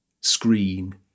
screen